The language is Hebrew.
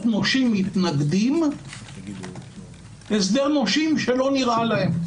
נושים מתנגדים הסדר נושים שלא נראה להם.